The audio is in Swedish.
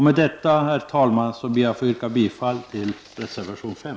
Med detta herr talman ber jag att få yrka bifall till reservation nr 5.